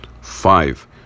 Five